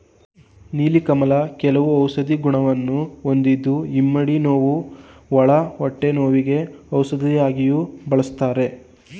ನೀಲಿ ಕಮಲ ಕೆಲವು ಔಷಧಿ ಗುಣವನ್ನು ಹೊಂದಿದ್ದು ಇಮ್ಮಡಿ ನೋವು, ಒಳ ಹೊಟ್ಟೆ ನೋವಿಗೆ ಔಷಧಿಯಾಗಿಯೂ ಬಳ್ಸತ್ತರೆ